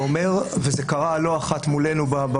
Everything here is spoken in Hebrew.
וזה קרה לא אחת באולמות,